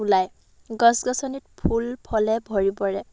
ওলাই গছ গছনিত ফুল ফলে ভৰি পৰে